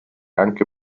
anche